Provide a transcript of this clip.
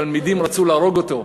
התלמידים רצו להרוג אותו,